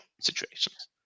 situations